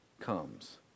comes